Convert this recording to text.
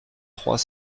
trois